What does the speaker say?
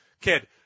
kid